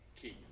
key